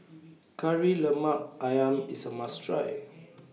Kari Lemak Ayam IS A must Try